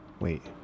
wait